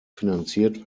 finanziert